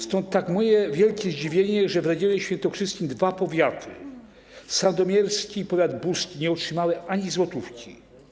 Stąd moje wielkie zdziwienie, że w regionie świętokrzyskim dwa powiaty, sandomierski i buski, nie otrzymały ani złotówki.